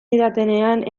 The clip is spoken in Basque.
didatenean